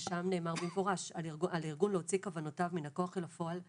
ושם נאמר במפורש: על ארגון להוציא כוונותיו מן הכוח אל הפועל,